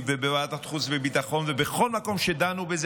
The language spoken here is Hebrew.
ובוועדת החוץ והביטחון ובכל מקום שדנו בזה,